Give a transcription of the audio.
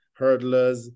hurdlers